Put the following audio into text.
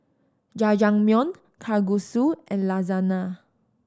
Jajangmyeon Kalguksu and Lasagna